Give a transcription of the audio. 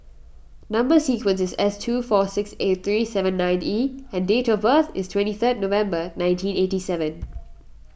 Number Sequence is S two four six eight three seven nine E and date of birth is twenty third November nineteen eighty seven